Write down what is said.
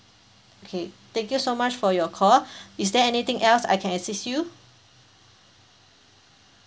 okay thank you so much for your call is there anything else I can assist you